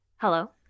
Hello